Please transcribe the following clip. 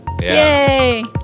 Yay